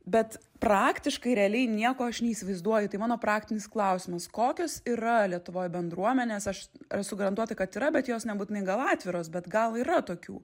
bet praktiškai realiai nieko aš neįsivaizduoju tai mano praktinis klausimas kokios yra lietuvoj bendruomenės aš esu garantuota kad yra bet jos nebūtinai gal atviros bet gal yra tokių